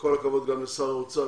וכל הכבוד גם לשר האוצר